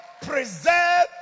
preserve